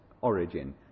origin